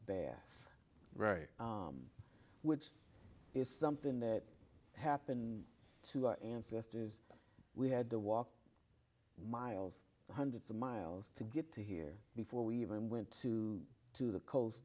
run which is something that happened to our ancestors we had to walk miles hundreds of miles to get to here before we even went to to the coast